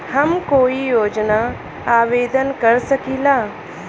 हम कोई योजना खातिर आवेदन कर सकीला?